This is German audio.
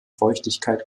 feuchtigkeit